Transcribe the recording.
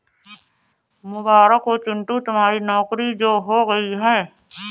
मुबारक हो चिंटू तुम्हारी नौकरी जो हो गई है